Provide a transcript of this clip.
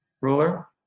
ruler